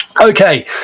Okay